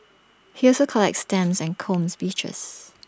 he also collects stamps and combs beaches